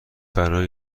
برای